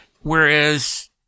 Whereas